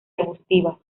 arbustivas